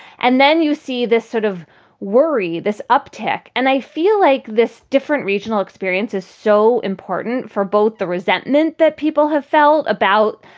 and then you see this sort of worry, this uptick. and i feel like this different regional experience is so important for both the resentment that people have felt about,